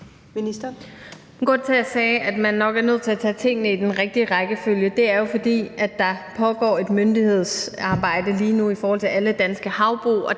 at jeg sagde, at man nok er nødt til at tage tingene i den rigtige rækkefølge, er jo, at der pågår et myndighedsarbejde lige nu i forhold til alle danske havbrug.